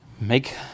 make